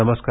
नमस्कार